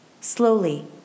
Slowly